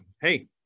hey